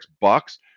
bucks